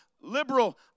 liberal